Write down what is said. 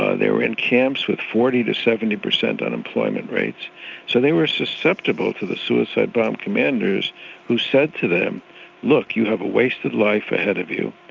ah they were in camps with forty to seventy per cent unemployment rates so they were susceptible to the suicide bomb commanders who said to them look, you have a wasted life ahead of you,